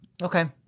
Okay